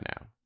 now